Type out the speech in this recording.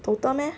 total meh